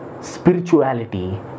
spirituality